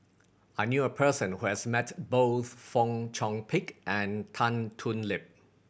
I knew a person who has met both Fong Chong Pik and Tan Thoon Lip